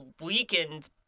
weakened